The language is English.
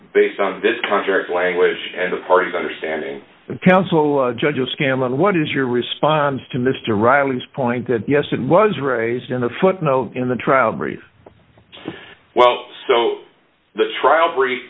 based on this contract language and the parties understanding counsel judge a scam on what is your response to mr riley's point that yes it was raised in a footnote in the trial brief so the trial br